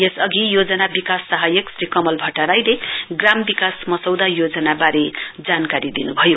यसअघि योजना विकास सहायक श्री कमल भट्टराईले ग्राम विकास मसौदा योजना वारे जानकारी दिनुभयो